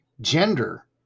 Gender